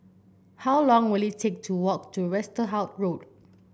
how long will it take to walk to Westerhout Road